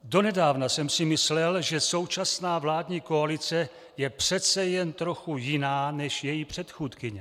Donedávna jsem si myslel, že současná vládní koalice je přece jen trochu jiná než její předchůdkyně.